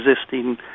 existing